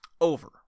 Over